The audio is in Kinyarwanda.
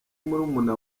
murumuna